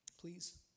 please